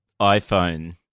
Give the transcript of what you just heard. iPhone